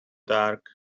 dark